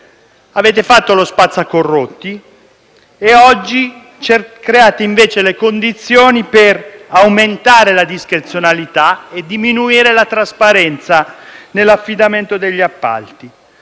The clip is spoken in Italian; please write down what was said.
di legge spazzacorrotti, ma oggi create le condizioni per aumentare la discrezionalità e diminuire la trasparenza nell'affidamento degli appalti.